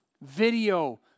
Video